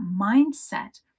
mindset